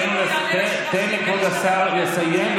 תן לכבוד השר לסיים,